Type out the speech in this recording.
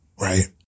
right